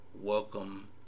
welcome